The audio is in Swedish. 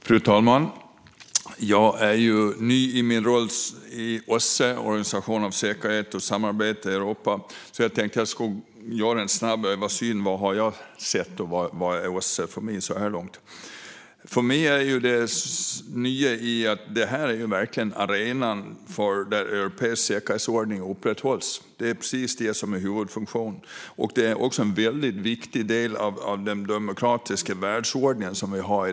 Fru talman! Jag är ny i min roll i OSSE, Organisationen för säkerhet och samarbete i Europa. Jag tänkte göra en snabb översyn av vad jag har sett från OSSE så här långt. För mig är det nya att det verkligen är arenan där europeisk säkerhetsordning upprätthålls. Det är precis huvudfunktionen. Det är också en väldigt viktig del av den demokratiska världsordningen.